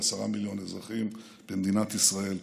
ועשרה מיליון אזרחים במדינת ישראל.